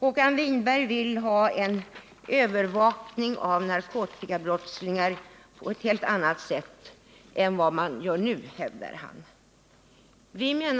Håkan Winberg vill ha en helt annan övervakning av narkotikabrottslingar än den som vi nu har. Den